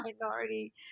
minority